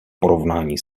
porovnání